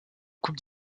coupe